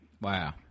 Wow